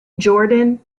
jordan